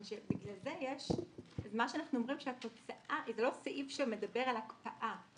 זה לא סעיף שמדבר על הקפאה.